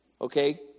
Okay